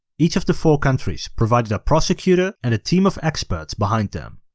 each of the four countries provided a prosecutor and a team of experts behind them.